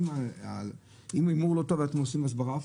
אם ההימור לא טוב אתם עושים הסברה,